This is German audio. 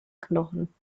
knochen